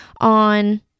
on